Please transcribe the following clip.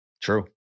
True